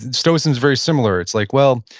stoicism is very similar. it's like, well,